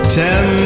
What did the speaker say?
ten